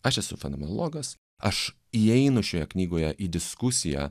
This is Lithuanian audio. aš esu fenomenologas aš įeinu šioje knygoje į diskusiją